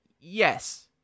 yes